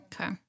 okay